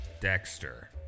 Dexter